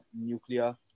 nuclear